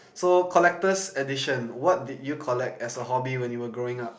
so collector's edition what did you collect as a hobby when you were growing up